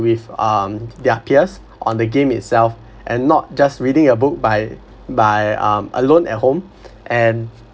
with um their peers on the game itself and not just reading a book by by um alone at home and